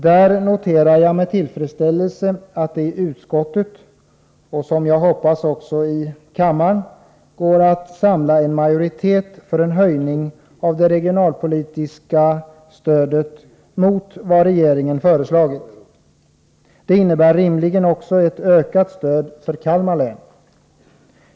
Här noterar jag med tillfredsställelse att det i utskottet — jag hoppas att det också lyckas i kammaren — gått att samla en majoritet för en höjning av det regionalpolitiska stödet i förhållande till vad regeringen har föreslagit. Detta skulle rimligen också innebära en ökning av stödet till Kalmar län.